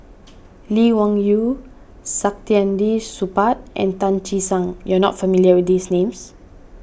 Lee Wung Yew Saktiandi Supaat and Tan Che Sang you are not familiar with these names